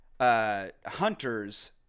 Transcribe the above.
hunters